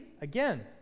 again